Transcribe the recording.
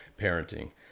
parenting